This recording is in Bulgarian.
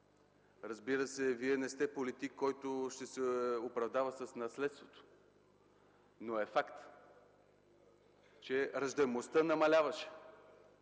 Разбира се, Вие не сте политик, който ще се оправдава с наследството, но е факт, че раждаемостта намаляваше.